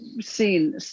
seen